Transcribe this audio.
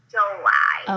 July